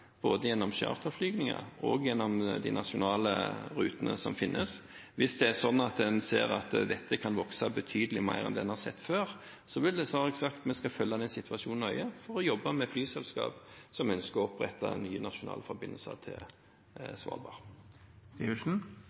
både gjennom charterflyginger og gjennom de nasjonale rutene som finnes. Hvis det er sånn at en ser at dette kan vokse betydelig mer enn det en har sett før, vil vi, som jeg har sagt, følge den situasjonen nøye for å jobbe med flyselskap som ønsker å opprette en ny nasjonal forbindelse til Svalbard.